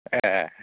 ए